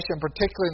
particularly